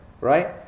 Right